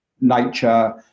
nature